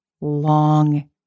long